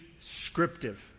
Descriptive